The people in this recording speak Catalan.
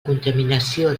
contaminació